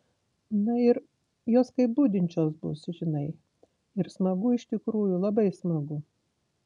na ir jos kaip budinčios bus žinai ir smagu iš tikrųjų labai smagu